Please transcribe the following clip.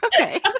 Okay